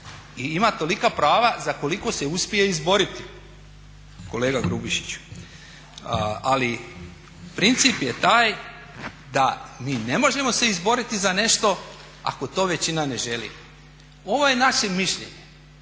ima tolika prava za koliko se uspije izboriti kolega Grubišiću. Ali princip je taj da mi ne možemo se izboriti za nešto ako to većina ne želi. Ovo je naše mišljenje,